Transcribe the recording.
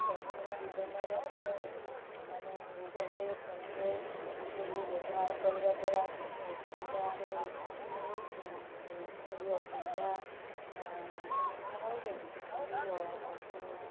ଦୈନଦିନ ଜୀବନରେ ମୁଁ ମାନେ ଗୁଗଲ୍ପେ ଫୋନ୍ପେ ଏଇ ସବୁ ବ୍ୟବହାର କରିବା ଦ୍ୱାରା କିଛି ଅସୁବିଧାରେ ସମୁଖୀନ ହୁଏ କେବେ କେତେ ବି ଅସୁବିଧା ସମୁଖୀନ ହେଉ କେତେ ବି ଅସୁ